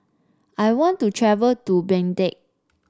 I want to travel to Baghdad